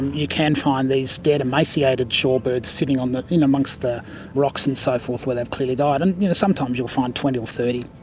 you can find these dead emaciated shorebirds sitting um in amongst the rocks and so forth where they've clearly died, and you know sometimes you'll find twenty or thirty.